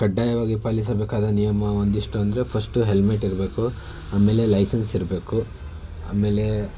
ಕಡ್ಡಾಯವಾಗಿ ಪಾಲಿಸಬೇಕಾದ ನಿಯಮ ಒಂದಿಷ್ಟು ಅಂದರೆ ಫಸ್ಟ್ ಹೆಲ್ಮೆಟ್ ಇರಬೇಕು ಆಮೇಲೆ ಲೈಸೆನ್ಸ್ ಇರಬೇಕು ಆಮೇಲೆ